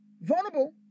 Vulnerable